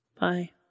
Bye